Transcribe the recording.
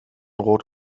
rot